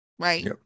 Right